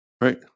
Right